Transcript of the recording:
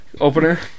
opener